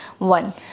One